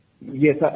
Yes